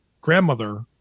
grandmother